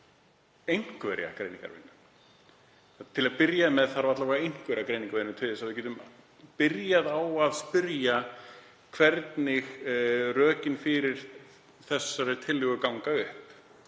einmitt greiningarvinnu. Til að byrja með þarf alla vega einhverja greiningarvinnu til að við getum byrjað á að spyrja hvernig rökin fyrir þessari tillögu ganga upp,